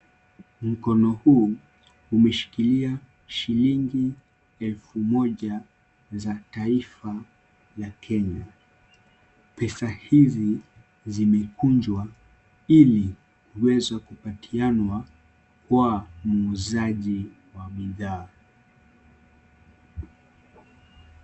Mkono huu umeshikilia shilingi elfu moja za taifa ya Kenya. Pesa hizi zimekunjwa ili kuweza kupatianwa kwa muuzaji wa bidhaa.